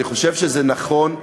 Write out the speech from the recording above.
אני חושב שזה נכון.